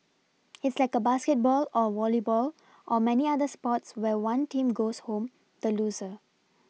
it's like a basketball or volleyball or many other sports where one team goes home the loser